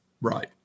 Right